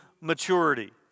maturity